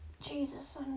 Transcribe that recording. Jesus